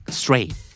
straight